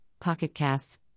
PocketCasts